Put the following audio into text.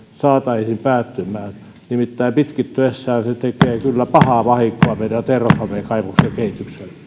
saataisiin päättymään nimittäin pitkittyessään se tekee kyllä pahaa vahinkoa meidän terrafamen kaivoksen